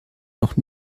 noch